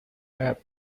rare